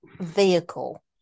vehicle